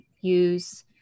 use